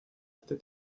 arte